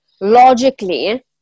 logically